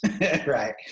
right